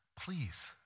Please